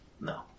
No